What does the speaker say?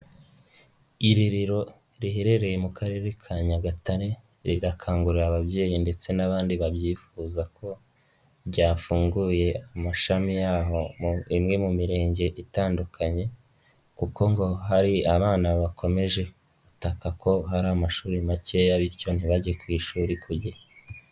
Irerero riherereye mu karere ka Nyagatare, rirakangurira ababyeyi ndetse n'abandi babyifuza ko ryafunguye amashami yaho muri imwe mu mirenge itandukanye, kuko ngo hari abana bakomeje gutaka ko hari amashuri makeya, bityo ntibajye ku ishuri ku gihe.